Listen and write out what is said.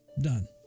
Done